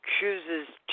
chooses